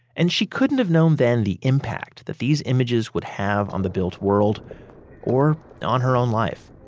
and she couldn't have known then the impact that these images would have on the built world or on her own life.